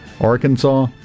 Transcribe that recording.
Arkansas